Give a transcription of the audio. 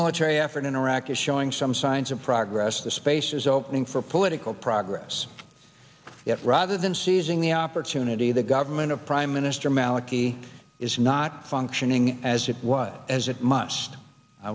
military effort in iraq is showing some signs of progress the space is opening for political progress yet rather than seizing the opportunity the government of prime minister maliki is not functioning as it was as it mu